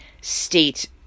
state